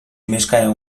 mieszkają